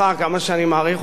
כמה שאני מעריך אותך,